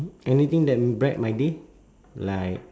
anything that will bright my day like